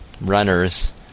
runners